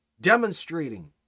demonstrating